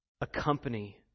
accompany